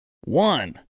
One